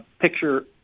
picture